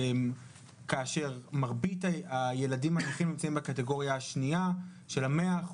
כאשר מרבית הילדים הנכים נמצאים בקטגוריה השנייה של ה-100%